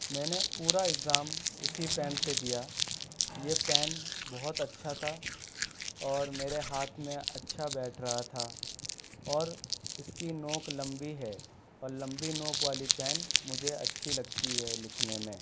میں نے پورا اگزام اسی پین سے دیا یہ پین بہت اچّھا تھا اور میرے ہاتھ میں اچّھا بیٹھ رہا تھا اور اس کی نوک لمبی ہے اور لمبی نوک والی پین مجھے اچّھی لگتی ہے لکھنے میں